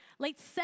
late